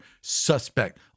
Suspect